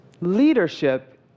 Leadership